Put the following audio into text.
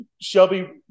Shelby